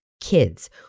Kids